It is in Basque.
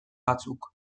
batzuk